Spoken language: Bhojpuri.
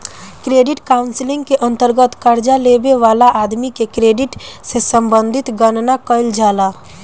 क्रेडिट काउंसलिंग के अंतर्गत कर्जा लेबे वाला आदमी के क्रेडिट से संबंधित गणना कईल जाला